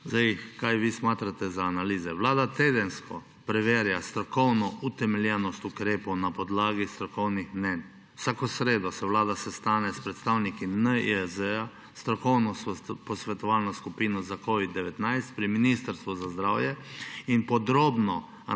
Kaj vi smatrate za analize? Vlada tedensko preverja strokovno utemeljenost ukrepov na podlagi strokovnih mnenj. Vsako sredo se vlada sestane s predstavniki NIJZ, s strokovno posvetovalno skupino za covid-19 pri Ministrstvu za zdravje in podrobno